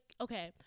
okay